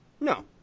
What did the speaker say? No